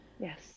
Yes